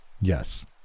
Yes